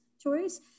choice